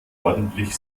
ordentlich